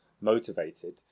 motivated